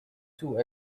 too